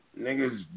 niggas